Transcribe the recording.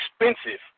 expensive